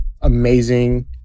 amazing